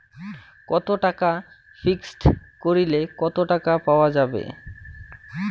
কত টাকা ফিক্সড করিলে কত টাকা পাওয়া যাবে?